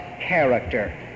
character